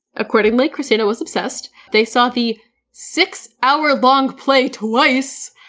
accordingly, kristina was obsessed. they saw the six hour long play twice,